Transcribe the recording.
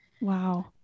Wow